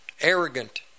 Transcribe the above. arrogant